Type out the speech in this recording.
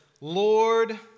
Lord